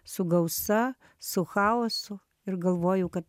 su gausa su chaosu ir galvoju kad